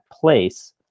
place